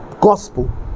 gospel